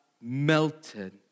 melted